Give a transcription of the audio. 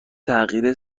تغییر